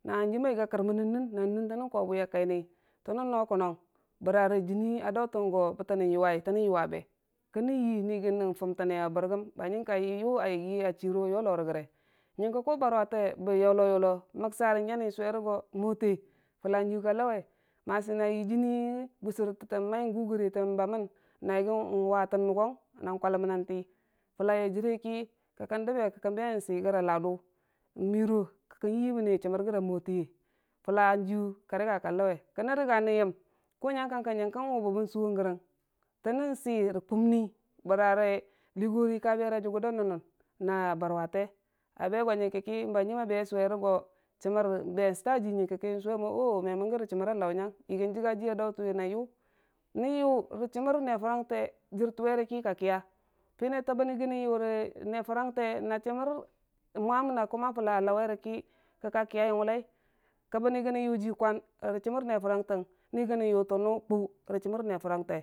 na hanjim a yigi a kərmən nən nən, na nən tənənn kawe bwi a kaini, tənnən no kʊnnang bəra jiini a dautən go tənən yuwai, tənnən yuwabe, kənnan, yi nən fumtəne wa bɨrgəm bərnin kayi yuayi chiro yolo rəge yəngə ku barwate bə yolo yolo məksarə nyani swerigo mwote fulla jiyu ka lauwe masi na yi jiini yi gusɨrte tə mai gu rəgi, na bamən na yigi watən mungang na kwaləm na tii, fullai a jireki, kəkkən jire, kəkkən be n'sɨrəge a ladu n'miro kəkkən yimənne chəmmər gəre a mwote fulla jiya ka kare ka lauwe kənnən nən yəm ku nyəng kang kəng wubəbbən suwong rəgən ku nən sɨ rə kʊmi bəra ki liigori ka bera jʊgər da nənnən na barwate, a be go nənggə ki, hanjim a be suwere go, chemmər be suta jii nyəngə ki n'suwo o'o me mənnən chəmmər a lau nyang, yigi jiga jiiya dautənwi na yu, nən yu rə chəmmər ne fu rangte jɨ tuwe rə ki ka kiya fini tənən yigi nən yu nən ne furangte na chəmmər mwam na kumma fulla lauwe ki, kəkka kiyai wullai, kə bə nən yigi nən yu nyui kwan nən na mər ne furangte nən yigi nən yu tə nuu, kwau rə chəmər ne furang te.